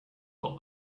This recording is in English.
got